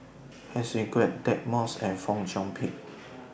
Heng Swee Keat Deirdre Moss and Fong Chong Pik